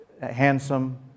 handsome